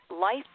life